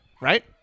right